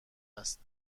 است